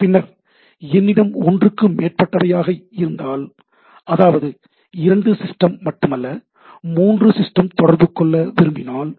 பின்னர் என்னிடம் ஒன்றுக்கு மேற்பட்டவை இருந்தால் அதாவதுi இரண்டு சிஸ்டம் மட்டுமல்ல மூன்று சிஸ்டம் தொடர்பு கொள்ள விரும்பினால்